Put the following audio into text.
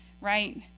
right